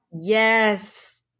Yes